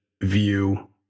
view